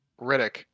Riddick